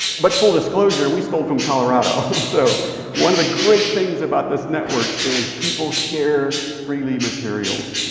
but full disclosure, we stole from colorado. so one of the great things about this network is people share freely materials.